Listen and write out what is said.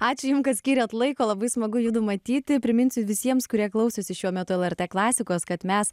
ačiū jum kad skyrėte laiko labai smagu judu matyti priminsiu visiems kurie klausosi šiuo metu lrt klasikos kad mes